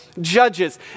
Judges